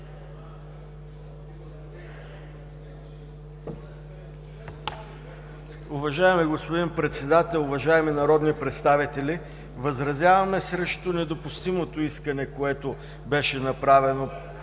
Уважаеми господин Председател, уважаеми народни представители! Възразяваме срещу недопустимото искане, което беше направено